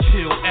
Kill